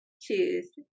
choose